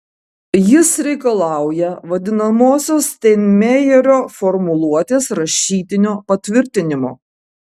jis reikalauja vadinamosios steinmeierio formuluotės rašytinio patvirtinimo